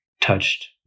touched